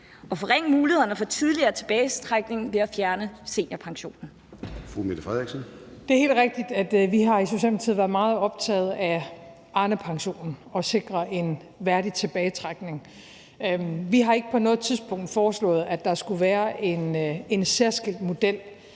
Fru Mette Frederiksen. Kl. 13:12 Mette Frederiksen (S): Det er helt rigtigt, at vi i Socialdemokratiet har været meget optaget af Arnepensionen og at sikre en værdig tilbagetrækning. Vi har ikke på noget tidspunkt foreslået, at der skulle være en særskilt model